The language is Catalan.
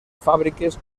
fàbriques